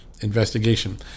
investigation